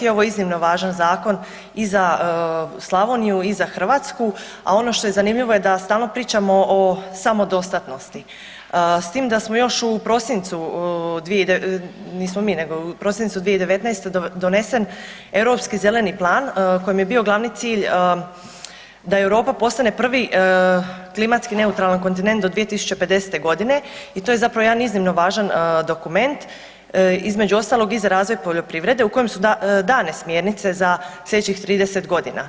Ovo je iznimno važan zakon i za Slavoniju, i za Hrvatsku, a ono što je zanimljivo je da stalno pričamo o samodostatnosti s tim da smo još u prosincu, nismo mi nego u prosincu 2019. donesen je europski zeleni plan kojem je bio glavni cilj da Europa postane prvi klimatski neutralan kontinent do 2050. godine i to je zapravo jedan iznimno važan dokument između ostalog i za razvoj poljoprivredu u kojem su dane smjernice za sljedećih 30 godina.